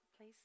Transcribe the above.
please